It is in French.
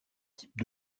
types